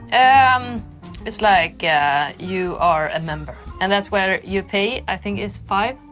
and um it's like. yeah you are a member and that's where you pay, i think it's five.